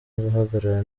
guhagarara